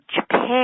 Japan